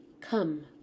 come